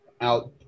out